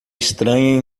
estranha